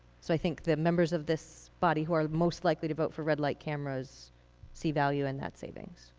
so i think the members of this body who are most likely to vote for red light cameras see value in that savings.